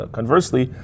Conversely